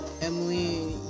Emily